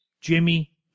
Jimmy